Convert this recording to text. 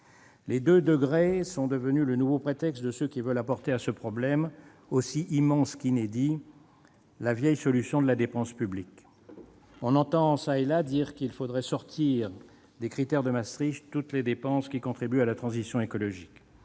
la température sont devenus le nouveau prétexte de ceux qui veulent apporter à ce problème aussi immense qu'inédit la vieille solution de la dépense publique. On entend dire, çà et là, qu'il faudrait exclure de l'application des critères de Maastricht toutes les dépenses qui contribuent à la transition écologique.